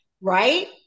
Right